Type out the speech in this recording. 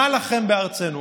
מה לכם בארצנו?"